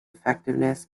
effectiveness